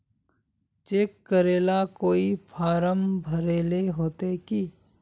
Cheque करेला कोई form भरेले होते की?